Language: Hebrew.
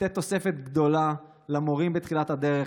לתת תוספת גדולה למורים בתחילת הדרך,